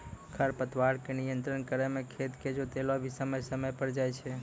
खरपतवार के नियंत्रण करै मे खेत के जोतैलो भी समय समय पर जाय छै